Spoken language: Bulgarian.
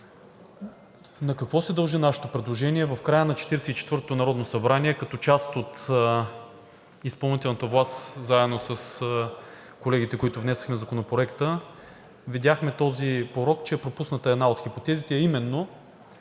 На какво се дължи нашето предложение? В края на Четиридесет и четвъртото народно събрание като част от изпълнителната власт заедно с колегите, с които внесохме Законопроекта, видяхме този порок, че е пропусната една от хипотезите, а именно: